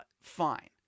Fine